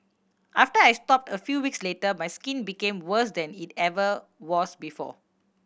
after I stopped a few weeks later my skin became worse than it ever was before